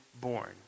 born